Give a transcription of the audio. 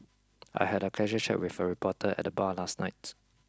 I had a casual chat with a reporter at the bar last night